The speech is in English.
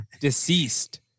Deceased